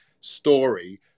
story